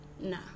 nah